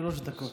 שלוש דקות.